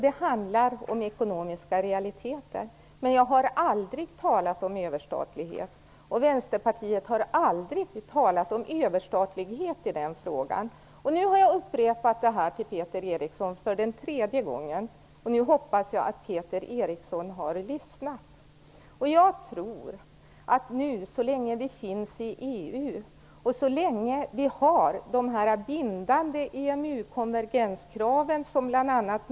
Det handlar om ekonomiska realiteter. Men jag har aldrig talat om överstatlighet. Vänsterpartiet har aldrig talat om överstatlighet i den frågan. Nu har jag upprepat detta för Peter Eriksson för tredje gången. Jag hoppas att Peter Eriksson har lyssnat. Jag tror att så länge vi finns i EU och så länge vi har de här bindande EMU-konvergenskraven, som bl.a.